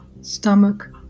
stomach